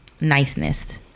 niceness